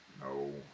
No